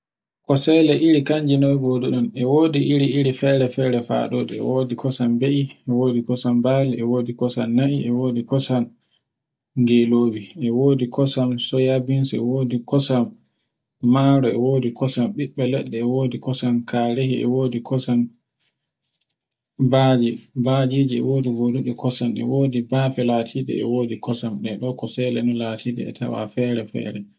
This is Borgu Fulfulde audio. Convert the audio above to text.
Kosele iri kanje noy goduɗa, e wodi iri-iri fere-fere fa ɗun ɗon e wodi kosan be'I, e wodi kosan bali, e wodi kosan nagge, e wodi kosan gelobe, e wodi kosan soyabeans e wodi kosan maro, e wodi kosan ɓiɓɓe leɗɗe, e wodi kosan karehi, e wodi kosan bali, balije e wodi goduɗe kosan e wodi bafe latiɗi e wodi kosan ɓe kosalita e tawe fere-fere